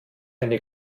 eine